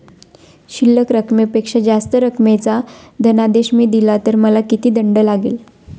शिल्लक रकमेपेक्षा जास्त रकमेचा धनादेश मी दिला तर मला किती दंड लागेल?